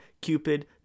cupid